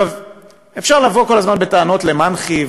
אפשר לבוא כל הזמן בטענות למנח"י,